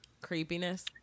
creepiness